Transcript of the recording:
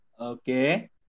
Okay